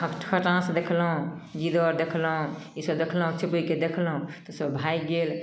खटाँस देखलहुँ गिद्दर देखलहुँ ईसब देखलहुँ छुपकिके देखलहुँ तऽ सब भागि गेल